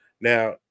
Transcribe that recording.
Now